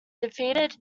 defeated